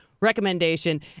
Recommendation